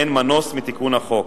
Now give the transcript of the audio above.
אין מנוס מתיקון החוק,